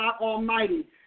Almighty